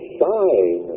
sign